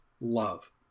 love